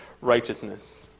righteousness